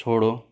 छोड़ो